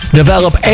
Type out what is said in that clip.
develop